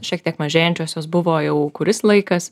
šiek tiek mažėjančios jos buvo jau kuris laikas